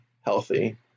healthy